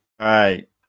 Right